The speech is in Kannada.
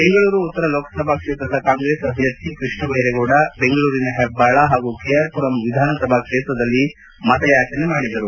ಬೆಂಗಳೂರು ಉತ್ತರ ಲೋಕಸಭಾ ಕ್ಷೇತ್ರದ ಕಾಂಗ್ರೆಸ್ ಅಭ್ಯರ್ಥಿ ಕೃಷ್ಣ ಬೈರೇಗೌಡ ಬೆಂಗಳೂರಿನ ಹೆಬ್ಬಾಳ ಹಾಗೂ ಕೆಆರ್ಮರಂ ವಿಧಾನ ಸಭಾ ಕ್ಷೇತ್ರದಲ್ಲಿ ಮತಯಾಚನೆ ನಡೆಸಿದರು